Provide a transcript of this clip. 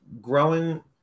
growing